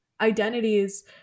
identities